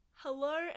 Hello